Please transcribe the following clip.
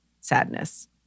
sadness